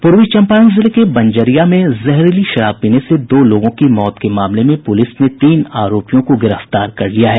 पूर्वी चम्पारण जिले के बंजरिया में जहरीली शराब पीने से दो लोगों की मौत के मामले में पुलिस ने तीन आरोपियों को गिरफ्तार कर लिया है